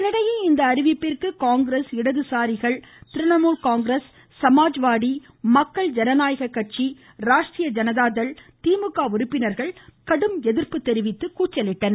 இதனிடையே இந்த அறிவிப்பிற்கு காங்கிரஸ் இடதுசாரிகள் திரிணாமுல் காங்கிரஸ் சமாஜ்வாடி மக்கள் ஜனநாயக கட்சி ராஷ்ரிய ஜனதாதள் திமுக உறுப்பினர்கள் கடும் எதிர்ப்பு தெரிவித்து கூச்சலிட்டன